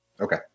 okay